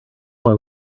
why